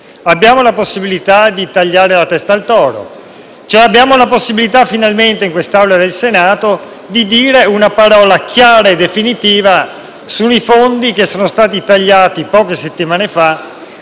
abbiamo la possibilità di tagliare la testa al toro: finalmente abbiamo la possibilità di dire nell'aula del Senato una parola chiara e definitiva sui fondi che sono stati tagliati poche settimane fa